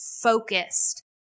focused